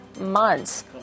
months